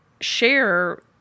share